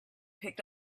picked